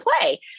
play